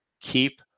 Keep